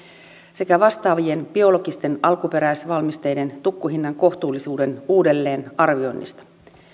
sekä vastaavien biologisten alkuperäisvalmisteiden tukkuhinnan kohtuullisuuden uudelleenarvioinnista